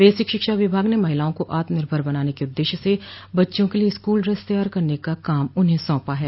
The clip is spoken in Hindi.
बेसिक शिक्षा विभाग ने महिलाओं को आत्मनिर्भर बनाने के उददेश्य से बच्चों के लिए स्कूल ड्रेस तैयार करने का काम उन्हें सौंपा है